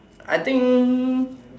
I think